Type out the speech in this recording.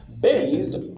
Based